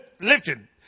lifted